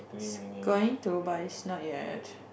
its going to by its not yet